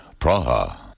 Praha